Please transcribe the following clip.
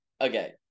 Okay